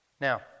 Now